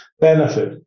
benefit